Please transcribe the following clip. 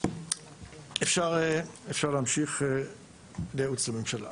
לגבי ייעוץ לממשלה.